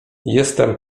jestem